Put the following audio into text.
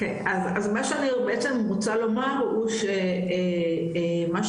אז מה שאני בעצם רוצה לומר הוא מה שבעצם